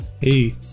hey